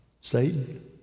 Satan